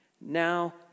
now